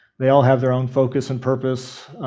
they all have their own focus and purpose,